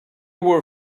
were